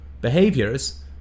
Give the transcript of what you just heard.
behaviors